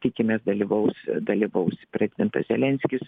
tikimės dalyvaus dalyvaus prezidentas zelenskis